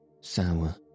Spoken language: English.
sour